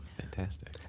fantastic